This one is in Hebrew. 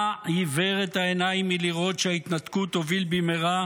מה עיוור את העיניים מלראות שההתנתקות תוביל במהרה